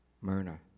Myrna